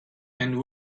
and